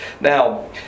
Now